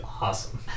awesome